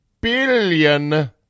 billion